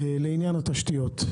לעניין התשתיות,